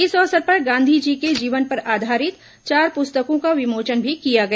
इस अवसर पर गांधी जी के जीवन पर आधारित चार पुस्तकों का विमोचन भी किया गया